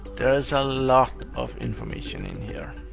there's a lot of information in here.